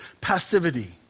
passivity